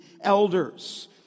elders